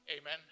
Amen